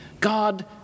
God